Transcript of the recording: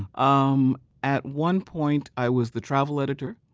um at one point, i was the travel editor.